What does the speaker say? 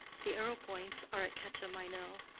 the arrowpoints are at quetcham, i know.